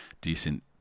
decent